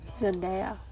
Zendaya